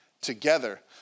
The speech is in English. together